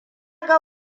ga